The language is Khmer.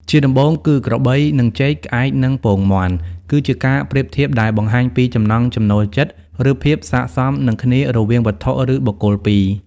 ជាដំបូងគឺ ក្របីនឹងចេក ក្អែកនឹងពងមាន់ គឺជាការប្រៀបធៀបដែលបង្ហាញពីចំណង់ចំណូលចិត្ត ឬភាពសក្ដិសមនឹងគ្នារវាងវត្ថុ ឬបុគ្គលពីរ។